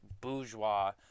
bourgeois